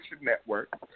Network